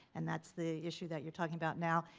and that's the issue that you're talking about now.